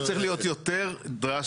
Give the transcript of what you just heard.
הוא צריך להיות יותר דרסטי.